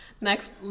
Next